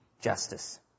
justice